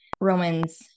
Romans